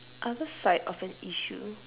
other side of an issue